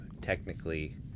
technically